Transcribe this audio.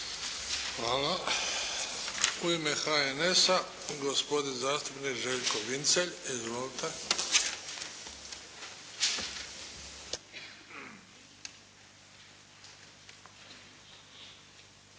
Hvala. U ime HNS-a, gospodin zastupnik Željko Vincelj. Izvolite.